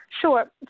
Sure